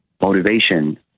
motivation